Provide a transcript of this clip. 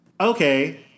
Okay